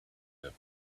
that